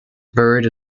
buried